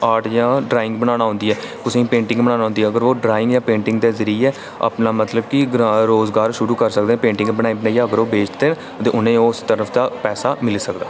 art जेह्ड़ा drawing बनाना औंदी ऐ तुसेंगी पेंटिंग बनाना औंदी ते अगर तुस पेंटिंग जां आर्ट दे मतलब अपना कि रोजगार शुरू करी सकदे अगर ओह् पेंटिंग बनाई बनाइयै बेचदे ते उ'नेंगी ओह् उस तरफ दा पैसा मिली सकदा